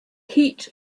heat